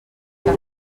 que